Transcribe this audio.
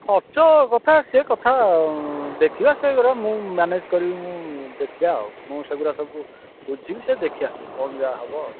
ଖର୍ଚ୍ଚ କଥା ସେ କଥା ଦେଖିବା ସେ କଥା ମୁଁ ମ୍ୟାନେଜ କରିବି ମୁଁ ଦେଖିବା ଆଉ ମୁଁ ସେଗୁରା ସବୁ ବୁଝିବି ସେ ଦେଖିବା କ'ଣ ଯାହା ହେବ ଆଉ